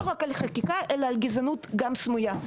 רק על חקיקה אלא על גזענות גם סמויה.